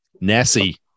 Nessie